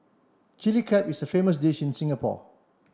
Chilli Crab is a famous dish in Singapore